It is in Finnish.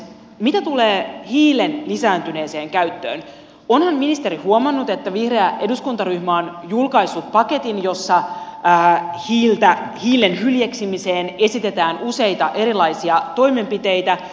mitä tulee hiilen lisääntyneeseen käyttöön onhan ministeri huomannut että vihreä eduskuntaryhmä on julkaissut paketin jossa hiilen hyljeksimiseen esitetään useita erilaisia toimenpiteitä